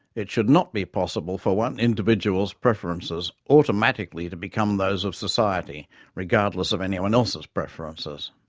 it should not be possible for one individual's preferences automatically to become those of society regardless of anyone else's preferences.